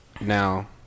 now